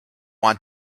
want